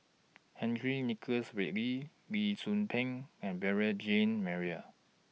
Henry Nicholas Ridley Lee Tzu Pheng and Beurel Jean Marie